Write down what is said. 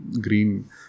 green